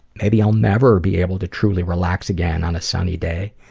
maybe i'll never be able to truly relax again on a sunny day.